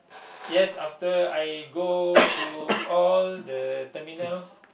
yes after I go to all the terminals